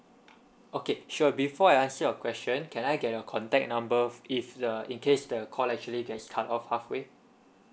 okay sure before I answer your question can I get your contact number if the in case the call actually gets cut off halfway